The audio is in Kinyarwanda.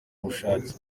ubushake